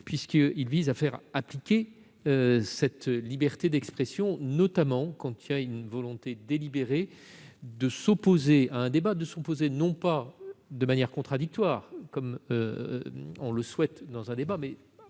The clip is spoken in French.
puisqu'il vise à faire appliquer cette liberté d'expression, notamment quand il existe une volonté délibérée de s'opposer à un débat non pas de manière contradictoire comme cela est souhaitable, mais